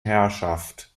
herrschaft